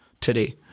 today